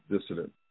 dissident